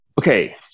okay